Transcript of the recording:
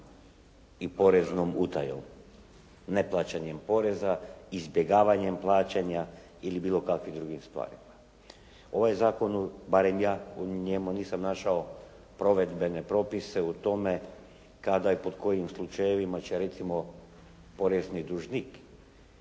i poreznom utajom, neplaćanjem poreza, izbjegavanjem plaćanja ili bilo kakvim drugim stvarima. Ovaj zakon, barem ja u njemu nisam našao provedbene propise o tome kada i pod kojim slučajevima će recimo porezni dužnik,